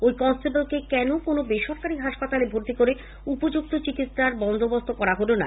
ওই কনস্টেবলকে কেন কোন বেসরকারী হাসপাতালে ভর্তি করে উপযুক্ত চিকিৎসার বন্দোবস্ত করা হল না